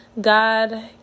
God